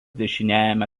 dešiniajame